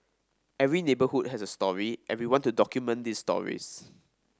every neighbourhood has a story and we want to document these stories